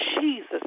Jesus